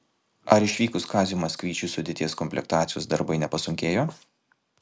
ar išvykus kaziui maksvyčiui sudėties komplektacijos darbai nepasunkėjo